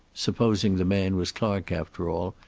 supposing the man was clark after all,